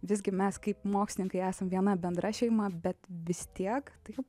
visgi mes kaip mokslininkai esam viena bendra šeima bet vis tiek taip